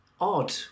odd